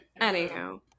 Anyhow